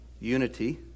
unity